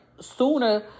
sooner